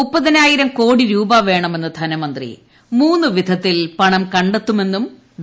മുപ്പതിനായിരം ക്കോടി രൂപ വേണമെന്ന് ധനമന്ത്രി മൂന്ന് വിധത്തിൽ പണം കണ്ടെത്തുമെന്നും ഡോ